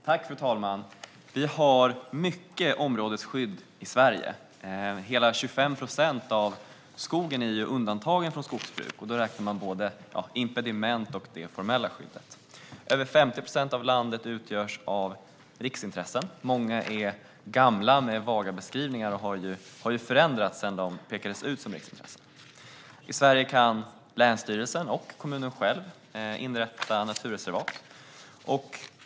Fru talman! Vi har mycket områdesskydd i Sverige. Hela 25 procent av skogen är undantagen från skogsbruk. Då räknar man både impediment och det formella skyddet. Över 50 procent av landet utgörs av riksintressen. Många är gamla med vaga beskrivningar och har förändrats sedan de pekades ut som riksintressen. I Sverige kan länsstyrelsen och kommunen själva inrätta naturreservat.